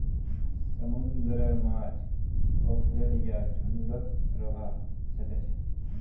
समुंदरेर माछ अखल्लै या झुंडत रहबा सखछेक